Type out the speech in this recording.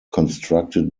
constructed